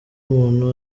umuntu